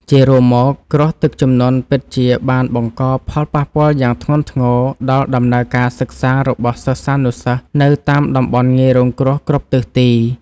ជារួមមក គ្រោះទឹកជំនន់ពិតជាបានបង្កផលប៉ះពាល់យ៉ាងធ្ងន់ធ្ងរដល់ដំណើរការសិក្សារបស់សិស្សានុសិស្សនៅតាមតំបន់ងាយរងគ្រោះគ្រប់ទិសទី។